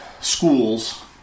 schools